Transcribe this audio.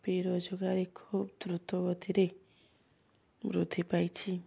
ବେରୋଜଗାର ଖୁବ ଦ୍ରୁତଗତିରେ ବୃଦ୍ଧି ପାଇଛି